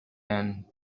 and